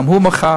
גם הוא מוחה.